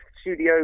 studio